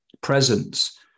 presence